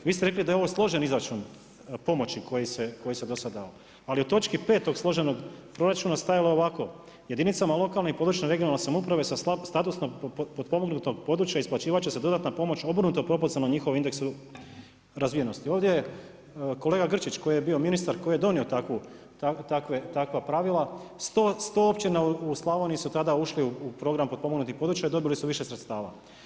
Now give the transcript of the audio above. Vi ste rekli da je ovo složen izračun pomoći koji se do sad dao, ali u točki 5. tog složenog proračuna je stajalo ovako: „Jedinicama lokalne i područne (regionalne) samouprave sa statusno potpomognutog područja isplaćivat će se dodatna pomoć obrnuto proporcionalno njihovom indeksu razvijenosti.“ Ovdje kolega Grčić koji je bio ministar koji je donio takva pravila 100 općina u Slavoniji su tada ušli u program potpomognutih područja, dobili su više sredstava.